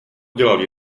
udělal